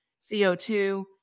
CO2